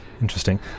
interesting